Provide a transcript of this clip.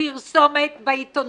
לפרסומת בעיתונות?